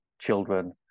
Children